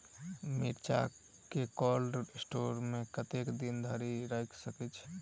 मिर्चा केँ cold store मे कतेक दिन धरि राखल छैय?